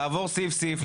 לעבור סעיף-סעיף,